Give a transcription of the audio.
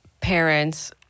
parents